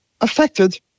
affected